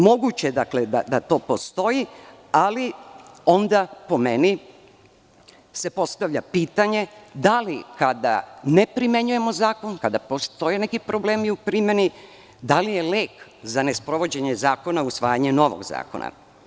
Moguće je da to postoji, ali onda, po meni, postavlja se pitanje – da li kada ne primenjujemo zakon, kada postoje neki problemi u primeni, da li je lek za nesprovođenje zakona usvajanje novog zakona?